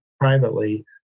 privately